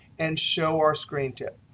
and show our screen tip.